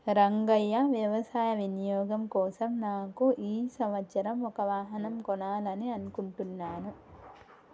రంగయ్య వ్యవసాయ వినియోగం కోసం నాకు ఈ సంవత్సరం ఒక వాహనం కొనాలని అనుకుంటున్నాను